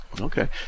Okay